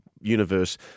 universe